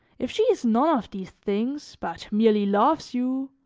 if she is none of these things but merely loves you,